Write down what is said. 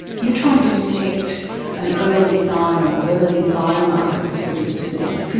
you're trying to detect an early sign or early biomarkers for this disease. can